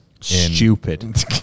Stupid